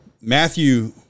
matthew